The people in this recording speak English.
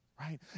Right